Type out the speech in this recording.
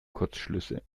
kurzschlüsse